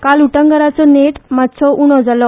काल उटंगराचो नेट मात्सो उणो जालो